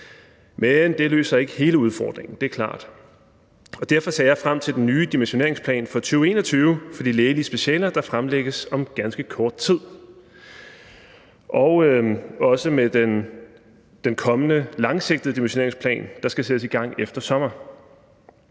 Men det løser ikke hele udfordringen; det er klart. Derfor ser jeg frem til den nye dimensioneringsplan for 2021 for de lægelige specialer, der fremlægges om ganske kort tid. Og jeg ser også frem til den kommende langsigtede dimensioneringsplan, der skal sættes i gang efter sommer.